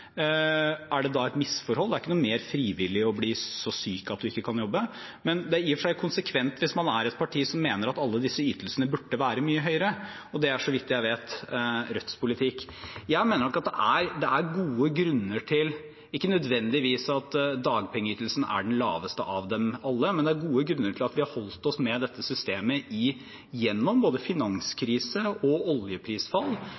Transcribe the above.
er det da et misforhold? Det er ikke noe mer frivillig å bli så syk at man ikke kan jobbe. Men det er i og for seg konsekvent hvis man er i et parti som mener at alle disse ytelsene burde være mye høyere, og det er så vidt jeg vet Rødts politikk. Jeg mener nok at det er gode grunner til at vi har holdt oss med dette systemet gjennom både finanskrise og oljeprisfall – men ikke nødvendigvis til at dagpengeytelsen er den laveste av dem alle. Det er en god grunn til at vi har